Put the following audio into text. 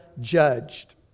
judged